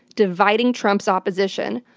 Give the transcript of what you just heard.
dividing trump's opposition,